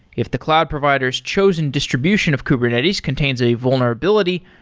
if the cloud provider s chosen distribution of kubernetes contains a vulnerability,